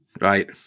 Right